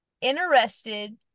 interested